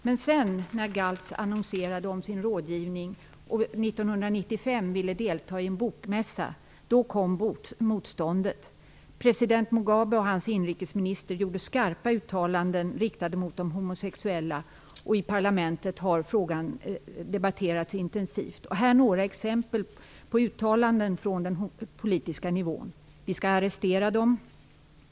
Men när GALZ annonserade om sin rådgivning och 1995 ville delta i en bokmässa kom motståndet. President Mugabe och hans inrikesminister gjorde skarpa uttalanden riktade mot de homosexuella och i parlamentet har frågan debatterats intensivt. Här är några exempel på uttalanden från den politiska nivån: Vi skall arrestera dem.